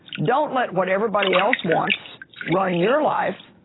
don't let what everybody else wants run your life,